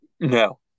No